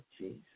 Jesus